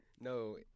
No